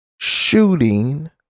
shooting